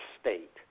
State